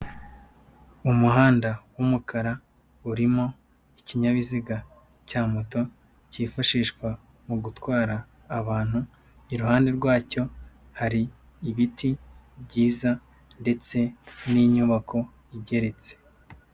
Umuhanda w'umukara urimo ikinyabiziga cya moto cyifashishwa mu gutwara abantu, iruhande rwacyo hari ibiti, byiza ndetse n'inyubako igeretse.